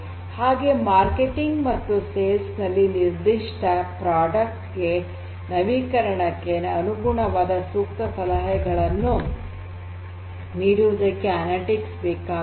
ಹಾಗೆಯೇ ಮಾರ್ಕೆಟಿಂಗ್ ಮತ್ತು ಮಾರಾಟದಲ್ಲಿ ನಿರ್ದಿಷ್ಟ ಉತ್ಪನ್ನದ ನವೀಕರಣಕ್ಕೆ ಅನುಗುಣವಾಗಿ ಸೂಕ್ತವಾದ ಸಲಹೆಗಳನ್ನು ನೀಡುವುದಕ್ಕೆ ಅನಲಿಟಿಕ್ಸ್ ಬೇಕಾಗುವುದು